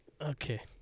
okay